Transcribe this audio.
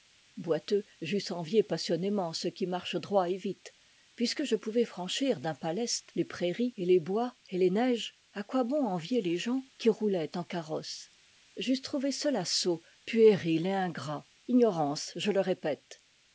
boiteux j'eusse envié passionnément ceux qui marchent droit et vite puisque je pouvais franchir d'un pas leste les prairies et les bois et les neiges à quoi bon envier les gens qui roulaient en carrosse j'eusse trouvé cela sot puéril et ingrat ignorance je le répète